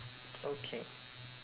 okay